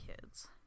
kids